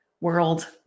world